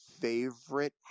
favorite